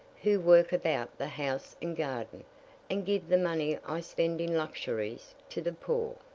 who work about the house and garden and give the money i spend in luxuries to the poor.